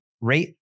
Rate